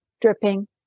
dripping